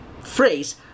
phrase